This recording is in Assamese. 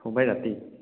শুকুৰবাৰে ৰাতি